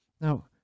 Now